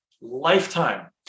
lifetime